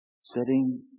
Setting